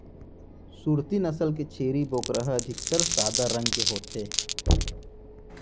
सूरती नसल के छेरी बोकरा ह अधिकतर सादा रंग के होथे